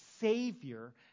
savior